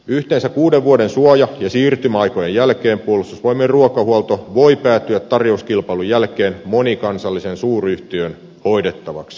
yhteensä kuuden vuoden suoja ja siirtymäaikojen jälkeen puolustusvoimien ruokahuolto voi päätyä tarjouskilpailun jälkeen monikansallisen suuryhtiön hoidettavaksi